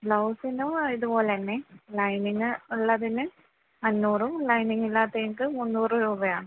ബ്ലൗസിനു ഇതുപോലെതന്നെ ലൈനിംഗ് ഉള്ളതിന് അഞ്ഞൂറും ലൈനിംഗ് ഇല്ലാത്തേന്ക്ക് മുന്നൂറ് രൂപയാണ്